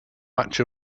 much